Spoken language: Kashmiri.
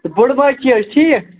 تہٕ بوٚڈ بوے چھُے حظ ٹھیٖک